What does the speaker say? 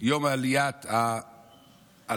יום העלייה לזכר